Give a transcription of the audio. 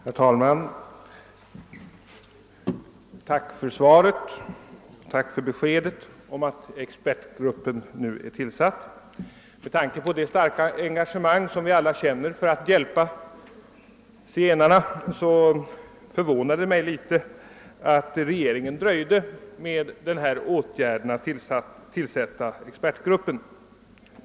Herr talman! Tack för svaret, tack för beskedet om att expertgruppen nu är tillsatt! Med tanke på det starka engagemang som vi alla känner för att hjälpa zigenarna förvånar det mig litet att regeringen dröjt med åtgärden att tillsätta expertgruppen.